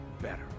better